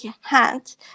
hand